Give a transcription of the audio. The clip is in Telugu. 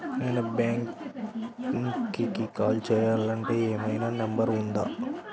నేను బ్యాంక్కి కాల్ చేయాలంటే ఏమయినా నంబర్ ఉందా?